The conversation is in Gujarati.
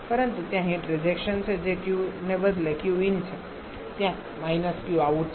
પરંતુ ત્યાં હીટ રિજેક્શન છે જે q ને બદલે qin છે ત્યાં −qout છે